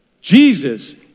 Jesus